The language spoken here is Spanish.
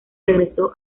regresó